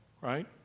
right